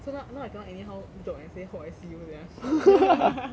so now now I cannot anyhow joke and say hope I see you sia